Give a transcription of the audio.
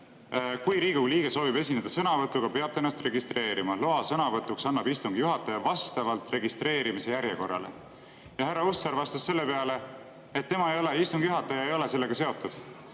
kui Riigikogu liige soovib esineda sõnavõtuga, peab ta ennast registreerima. Loa sõnavõtuks annab istungi juhataja vastavalt registreerimise järjekorrale. Ja härra Hussar vastas selle peale, et istungi juhataja ei ole sellega seotud.